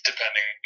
Depending